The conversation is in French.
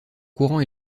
courant